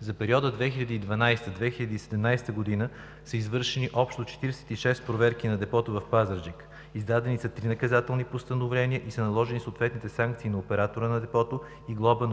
За периода 2012 – 2017 г. са извършени общо 46 проверки на депото в Пазарджик. Издадени са три наказателни постановления и са наложени съответните санкции на оператора на депото и глоба